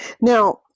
Now